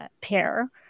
pair